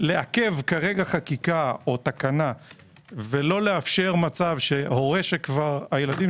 לעכב כרגע חקיקה או תקנה ולא לאפשר מצב שהורה שהילדים